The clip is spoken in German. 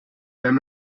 wenn